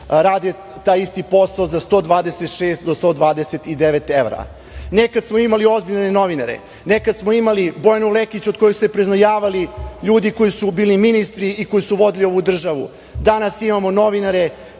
rade taj isti posao za 126 do 129 evra. Nekada smo imali ozbiljne novinare, nekada smo imali Bojanu Lekić od koje su se preznojavali ljudi koji su bili ministri i koji su vodili ovu državu. Danas imamo novinare